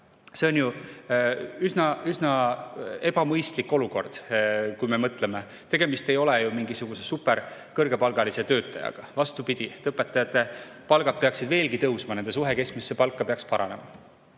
See on ju üsna ebamõistlik olukord, kui me mõtleme, tegemist ei ole mingisuguse superkõrgepalgalise töötajaga. Vastupidi, õpetajate palgad peaksid veelgi tõusma, nende suhe keskmisesse palka peaks paranema.